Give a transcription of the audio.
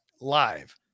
live